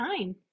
time